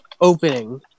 opening